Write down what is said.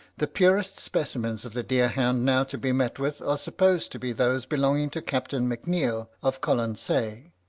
the purest specimens of the deer-hound now to be met with are supposed to be those belonging to captain m'neill of colonsay,